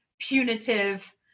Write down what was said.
punitive